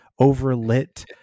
overlit